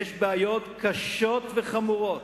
יש בעיות קשות וחמורות.